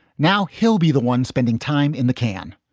now he'll be the one spending time in the can.